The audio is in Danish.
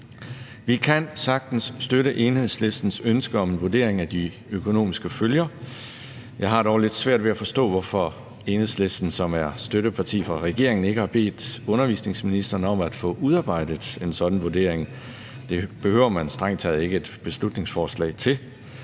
Vi kan sagtens støtte Enhedslistens ønske om en vurdering af de økonomiske følger. Jeg har dog lidt svært ved at forstå, hvorfor Enhedslisten, som er støtteparti for regeringen, ikke har bedt undervisningsministeren om at få udarbejdet en sådan vurdering, for det behøver man strengt taget ikke et beslutningsforslag til.